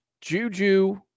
Juju